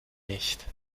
nicht